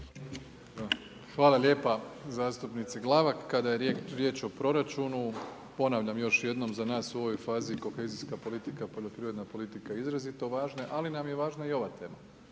Hvala lijepo zastupnice Glavak. Kada je riječ o proračunu, ponavljam još jednom za nas u ovoj fazi kohezijska politika, poljoprivredna politika, izrazito važne, ali nam je važna i ova tema.